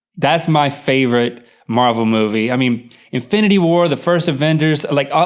that's my favorite marvel movie. i mean, infinity war, the first avengers, like, ah